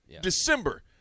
December